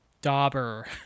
Dauber